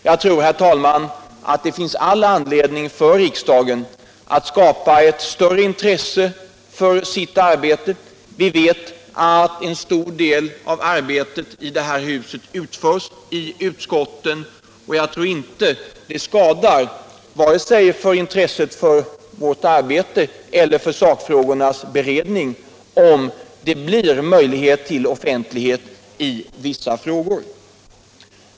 Jag tror, herr talman, att det finns all anledning för riksdagen att skapa ett större intresse för sitt arbete. Vi vet att en stor del av arbetet i det här huset utförs i utskotten, och jag tror inte att det skadar vare sig intresset för vårt arbete eller sakfrågornas beredning om vi får möjligheter till offentlighet i vissa frågor.